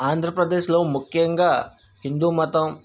ఆంధ్రప్రదేశ్లో ముఖ్యంగా హిందూ మతం